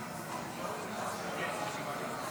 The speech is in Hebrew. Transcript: מתנגדים.